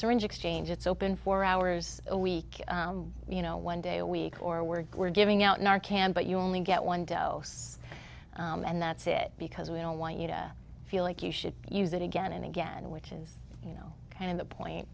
syringe exchange it's open four hours a week you know one day a week or we're giving out in our can but you only get one dose and that's it because we don't want you to feel like you should use it again and again which is you know kind of